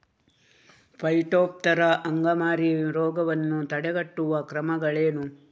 Phytophthora ಅಂಗಮಾರಿ ರೋಗವನ್ನು ತಡೆಗಟ್ಟುವ ಕ್ರಮಗಳೇನು?